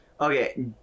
okay